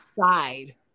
side